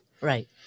Right